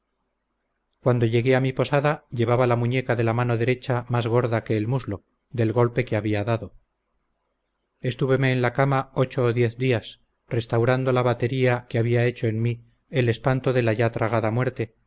cuando llegué a mi posada llevaba la muñeca de la mano derecha más gorda que el muslo del golpe que había dado estúveme en la cama ocho o diez días restaurando la batería que había hecho en mí el espanto de la ya tragada muerte